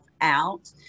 out